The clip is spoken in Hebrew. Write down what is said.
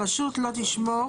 הרשות לא תשמור